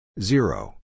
Zero